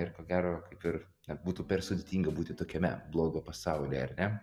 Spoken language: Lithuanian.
ir ko gero kaip ir būtų per sudėtinga būti tokiame blogo pasaulyje ar ne